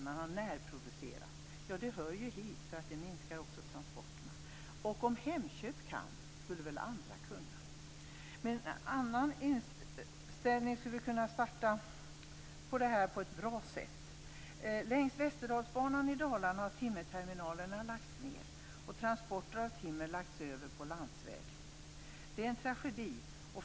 Det hör kanske inte till det här ämnet, även om det minskar transporterna. Om Hemköp kan skulle väl andra kunna! Med en annan inställning skulle vi kunna starta med detta på ett bra sätt. Längs Västerdalsbanan i Dalarna har timmerterminalerna lagts ned och transporter av timmer lagts över på landsväg. Det är en tragedi.